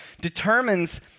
determines